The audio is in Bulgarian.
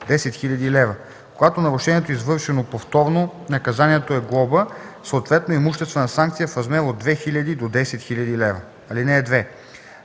до 5000 лв. Когато нарушението е извършено повторно, наказанието е глоба, съответно имуществена санкция в размер от 1000 до 5000 лв.” По чл. 62